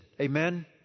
Amen